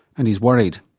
and he's worried.